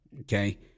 okay